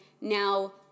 now